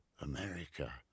America